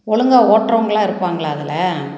ஒழுங்கா ஓட்டுகிறவங்களா இருப்பாங்களா அதில்